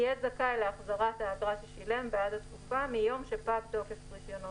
יהיה זכאי להחזרת האגרה ששילם בעד התקופה מיום שפג תוקף רישיונו